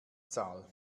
zahl